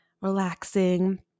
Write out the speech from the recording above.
relaxing